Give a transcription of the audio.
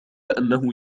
أنه